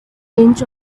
inch